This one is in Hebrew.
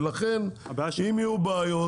ולכן אם יהיו בעיות,